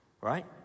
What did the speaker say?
right